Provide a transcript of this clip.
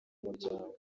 muryango